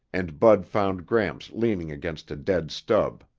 and bud found gramps leaning against a dead stub.